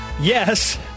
Yes